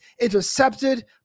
intercepted